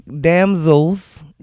damsels